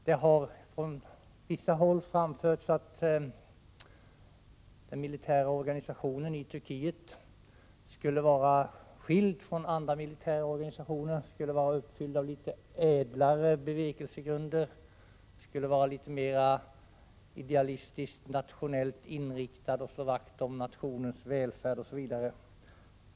Det har från vissa håll framförts att den militära organisationen i Turkiet skulle vara skild från andra militära organisationer, att organisationen skulle vara uppfylld av litet ädlare bevekelsegrunder och vara litet mer idealistisktnationellt inriktad och slå vakt om nationens välfärd osv.